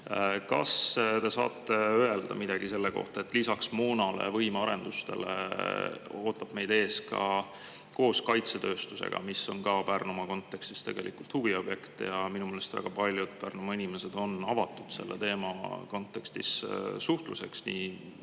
Kas te saate öelda midagi selle kohta, et lisaks moonale ja võimearendustele ootab meid ees ka kaitsetööstuse [arendamine], mis on ka Pärnumaa kontekstis tegelikult huviobjekt? Minu meelest väga paljud Pärnumaa inimesed on avatud selle teema kontekstis suhtluseks nii